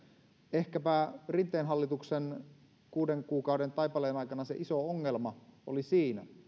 ehkäpä rinteen hallituksen kuuden kuukauden taipaleen aikana se iso ongelma oli siinä